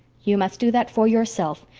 you must do that for yourself.